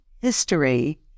history